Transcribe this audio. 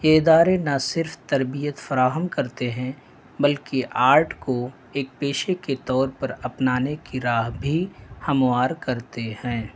یہ ادارے نہ صرف تربیت فراہم کرتے ہیں بلکہ آرٹ کو ایک پیشے کے طور پر اپنانے کی راہ بھی ہموار کرتے ہیں